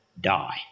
die